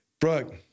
Brooke